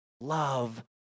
love